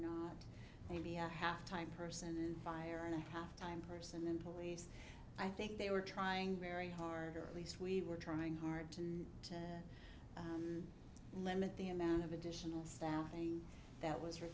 not maybe a half time person fire and a half time person in police i think they were trying very hard or at least we were trying hard to limit the amount of additional staffing that was